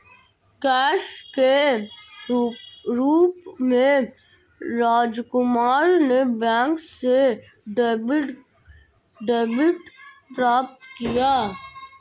cash के रूप में राजकुमार ने बैंक से डेबिट प्राप्त किया